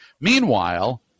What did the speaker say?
Meanwhile